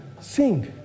sing